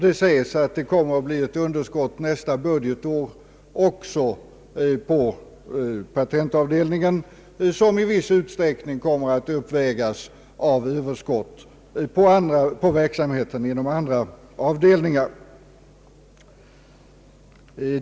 Det sägs att det kommer att uppstå ett underskott på patentavdelningen även nästa budgetår, ett underskott som i viss utsträckning kommer att uppvägas av överskott på verksamheten inom andra avdelningar.